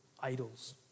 idols